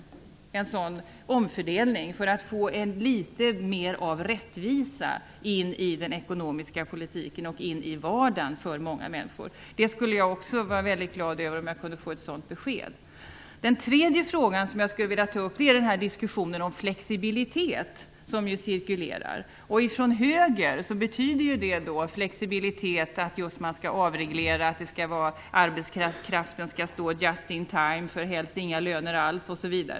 Ett besked om en sådan omfördelning, för att få in litet mer av rättvisa i den ekonomiska politiken och in i många människors vardag, skulle jag också vara väldigt glad över om jag kunde få. Den tredje frågan som jag skulle vilja ta upp gäller den diskussion om flexibilitet som cirkulerar. Från högern betyder flexibilitet just att man skall avreglera, att arbetskraften skall finnas just in time för helst inga löner alls.